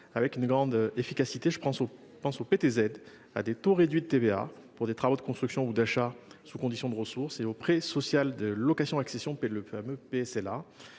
avec une grande efficacité, notamment le PTZ, les taux réduits de TVA pour des travaux de construction ou d’achat sous conditions de ressources, le prêt social location accession (PSLA)